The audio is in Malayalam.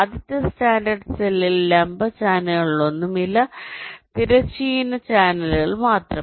ആദ്യത്തെ സ്റ്റാൻഡേർഡ് സെല്ലിൽ ലംബ ചാനലുകളൊന്നുമില്ല തിരശ്ചീന ചാനലുകൾ മാത്രം